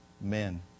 men